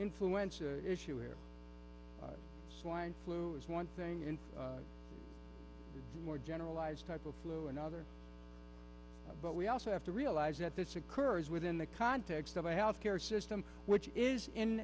influential issue here swine flu is one thing and more generalized type of flu another but we also have to realize that this occurs within the context of a health care system which is in